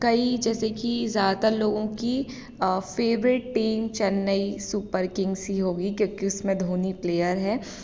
कई जैसे कि ज़्यादा लोगों की favourite team Chennai super kings ही होगी क्योंकि उसमें धोनी प्लेयर है